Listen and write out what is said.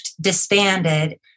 disbanded